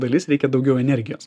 dalis reikia daugiau energijos